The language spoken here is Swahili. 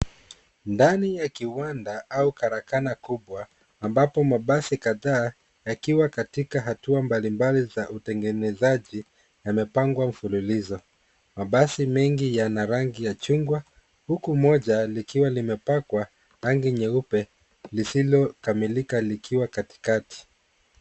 Ndani ya kiwanda au karakana kubwa ambapo mabasi kadhaa yakiwa katika hatua mbalimbali za utengenezaji yamepangwa mfululizo, mabasi mengi yana rangi ya chungwa huku moja likiwa limepakwa rangi nyeupe lisilokamilika likiwa katikati.